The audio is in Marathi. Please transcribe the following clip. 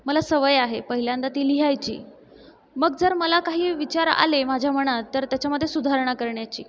मला सवय आहे पहिल्यांदा ती लिहायची मग जर मला काही विचार आले माझ्या मनात तर त्याच्यामध्ये सुधारणा करण्याची